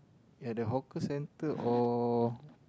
at the hawker centre or